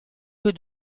que